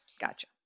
Gotcha